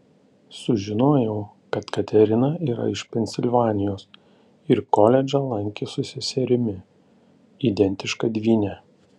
sužinojau kad katerina yra iš pensilvanijos ir koledžą lankė su seserimi identiška dvyne